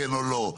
כן או לא?